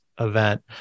event